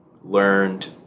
learned –